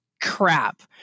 crap